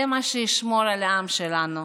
זה מה שישמור על העם שלנו,